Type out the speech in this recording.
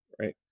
Right